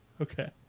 Okay